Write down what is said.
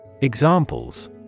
Examples